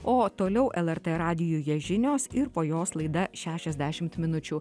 o toliau lrt radijuje žinios ir po jos laida šešiasdešimt minučių